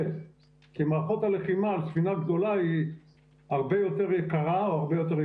כי מערכות הלחימה על ספינה גדולה הן הרבה יותר יקרות,